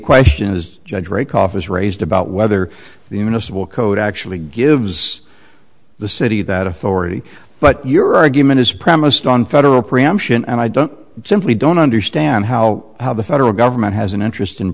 question as a judge or a cough is raised about whether the in a civil code actually gives the city that authority but your argument is premised on federal preemption and i don't simply don't understand how how the federal government has an interest in